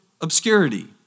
obscurity